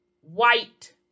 white